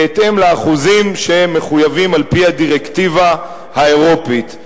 בהתאם לאחוזים שמחויבים על-פי הדירקטיבה האירופית.